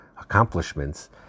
accomplishments